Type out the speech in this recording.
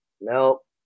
Nope